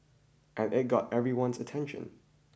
and it got everyone's attention